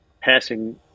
passing